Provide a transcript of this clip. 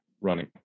running